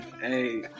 Hey